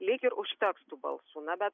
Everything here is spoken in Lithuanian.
lyg ir užteks tų balsų na bet